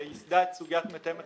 שייסדה את סוגיית מתאם הטיפול,